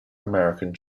american